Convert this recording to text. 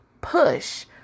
push